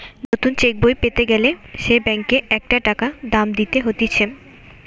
নতুন চেক বই পেতে গ্যালে সে ব্যাংকে একটা টাকা দাম দিতে হতিছে